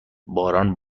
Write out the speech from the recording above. باران